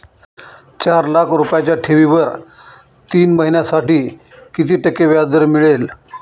चार लाख रुपयांच्या ठेवीवर तीन महिन्यांसाठी किती टक्के व्याजदर मिळेल?